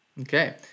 Okay